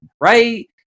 right